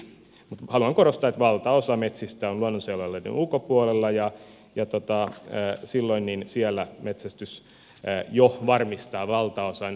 mutta haluan korostaa että valtaosa metsistä on luonnonsuojelualueiden ulkopuolella ja silloin siellä metsästys jo varmistaa valtaosan riistanhoidollisista tarpeista